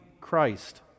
Christ